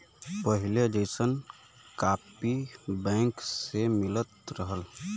पहिले जइसन copy bank से मिलत रहल